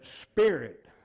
spirit